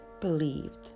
believed